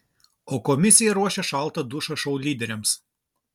o komisija ruošia šaltą dušą šou lyderiams